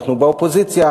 אנחנו באופוזיציה,